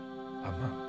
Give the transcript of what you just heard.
Amen